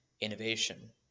innovation